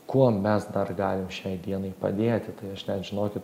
kuo mes dar galim šiai dienai padėti tai aš net žinokit